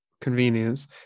convenience